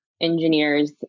engineers